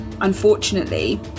unfortunately